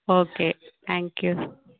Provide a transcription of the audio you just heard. okay thank you